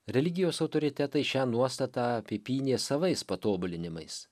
religijos autoritetai šią nuostatą apipynė savais patobulinimais